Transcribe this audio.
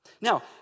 Now